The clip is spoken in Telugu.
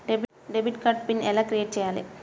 డెబిట్ కార్డు పిన్ ఎలా క్రిఏట్ చెయ్యాలి?